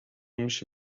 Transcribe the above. میشه